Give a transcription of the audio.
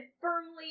firmly